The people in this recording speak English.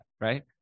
right